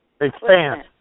Expand